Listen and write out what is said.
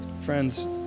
Friends